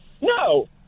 No